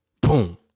Boom